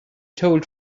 told